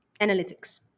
analytics